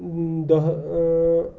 دہ